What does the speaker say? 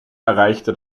erreichte